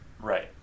Right